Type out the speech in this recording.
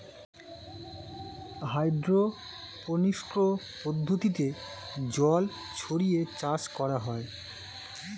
hydroponics পদ্ধতিতে জল ছড়িয়ে চাষ করা হয়